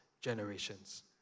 generations